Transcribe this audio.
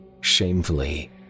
Shamefully